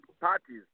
parties